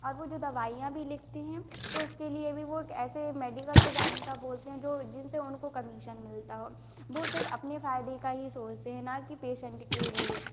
और वो जो दवाइयाँ भी लिखते हैं तो उसके लिए भी वो एक ऐसे मेडिकल पर जाने का बोलते हैं जो जिनसे उनको कमीशन मिलता हो वो सिर्फ अपने फायदे का ही सोचते हैं न कि पेशेंट के लिए